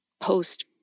post